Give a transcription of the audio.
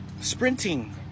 sprinting